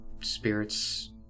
Spirits